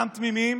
"גם תמימים